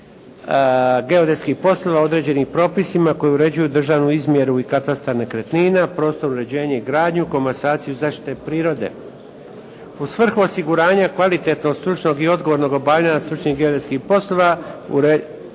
stručnih geodetskih poslova određenim propisima koje uređuju državu izmjeru i katastar nekretnina, prostorno uređenje i gradnju, komasaciju zaštite prirode. U svrhu osiguranja kvalitetnog stručnog i odgovornog obavljanja stručnih geodetskih poslova uređuje